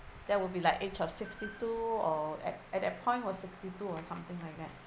that will be like age of sixty two or at at that point was sixty two or something like that